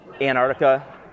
Antarctica